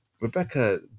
Rebecca